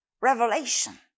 Revelation